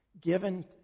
given